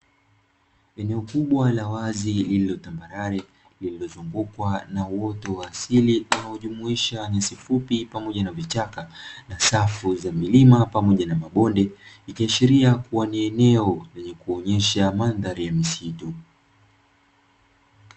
Eneo kubwa la wazi lililotambarare, lililozungukwa na uoto wa asili unaojumuisha nyasi fupi pamoja na vichaka na safu za milima pamoja na mabonde, ikiashiria kuwa ni eneo lenye kuonyesha mandhari ya misitu.